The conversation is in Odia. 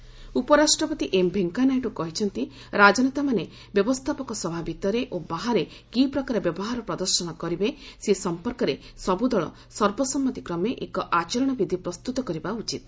ନାଇଡୁ ବୁକ୍ ରିଲିକ୍ ଉପରାଷ୍ଟ୍ରପତି ଏମ୍ ଭେଙ୍କୟାନାଇଡୁ କହିଛନ୍ତି ରାଜନେତାମାନେ ବ୍ୟବସ୍ଥାପକ ସଭା ଭିତରେ ଓ ବାହାରେ କି ପ୍ରକାର ବ୍ୟବହାର ପ୍ରଦର୍ଶନ କରିବେ ସେ ସମ୍ପର୍କରେ ସବ୍ରଦଳ ସର୍ବସମ୍ମତିକ୍ରମେ ଏକ ଆଚରଣବିଧି ପ୍ରସ୍ତ୍ରତ କରିବା ଉଚିତ